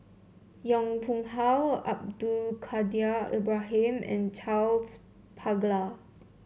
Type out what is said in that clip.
Yong Pung How Abdul Kadir Ibrahim and Charles Paglar